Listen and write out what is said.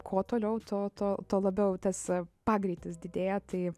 kuo toliau tuo tuo tuo labiau tas pagreitis didėja tai